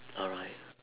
alright